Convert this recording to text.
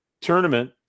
tournament